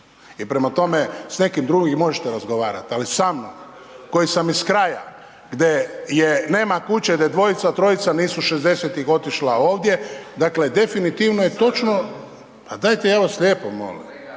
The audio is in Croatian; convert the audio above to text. I prema tome, s nekim drugim možete razgovarat, ali sa mnom koji sam iz kraja gdje je nema kuće gdje dvojica, trojica nisu '60.-tih otišla ovdje, dakle definitivno je točno …/Upadica iz klupe